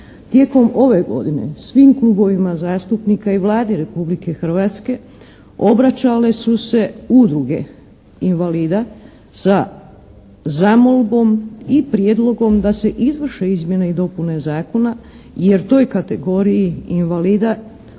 Tijekom ove godine svim klubovima zastupnika i Vladi Republike Hrvatske obraćale su se udruge invalida sa zamolbom i prijedlogom da se izvrše izmjene i dopune zakona jer toj kategoriji invalida osobni